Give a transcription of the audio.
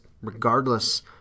regardless